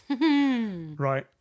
Right